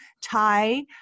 Thai